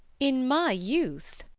in my youth,